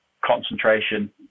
concentration